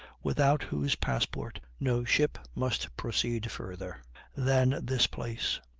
without whose passport no ship must proceed farther than this place.